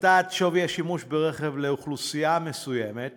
הפחתת שווי השימוש ברכב לאוכלוסייה מסוימת